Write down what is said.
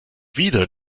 wieder